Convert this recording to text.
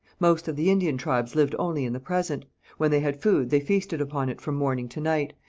most of the indian tribes lived only in the present when they had food they feasted upon it from morning to night,